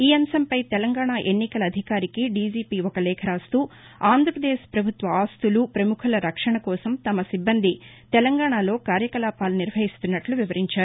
ఈ అంశంపై తెలంగాణ ఎన్నికల అధికారికి డిజిపి ఒక లేఖ రాస్తూ ఆంధ్రపదేశ్ ప్రభుత్వ ఆస్తులు ప్రముఖుల రక్షణకోసం తమ సిబ్బంది తెలంగాణలో కార్యకలాపాలు నిర్వహిస్తున్నట్లు ఆయన వివరించారు